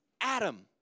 Adam